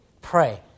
Pray